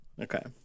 Okay